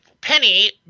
Penny